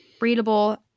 readable